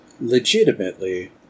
legitimately